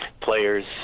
players